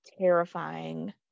terrifying